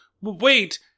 wait